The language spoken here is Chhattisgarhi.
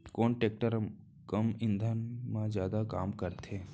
कोन टेकटर कम ईंधन मा जादा काम करथे?